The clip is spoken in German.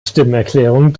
stimmerklärung